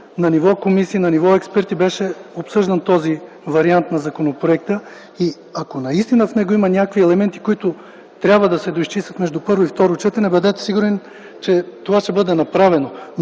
на ниво комисия, на ниво експерти беше обсъждан този вариант на законопроекта и ако наистина в него има някакви елементи, които трябва да се доизчистят между първо и второ четене, бъдете сигурен, че това ще бъде направено.